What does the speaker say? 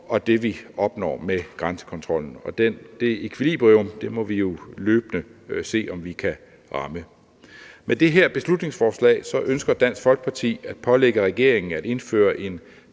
og det, vi opnår med grænsekontrollen, og det ækvilibrium må vi løbende se om vi kan ramme. Med det her beslutningsforslag ønsker Dansk Folkeparti at pålægge regeringen at indføre en